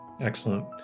excellent